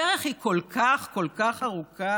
הדרך היא כל כך כל כך ארוכה.